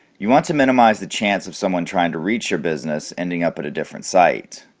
you want to minimize the chance of someone trying to reach your business ending up at a different site.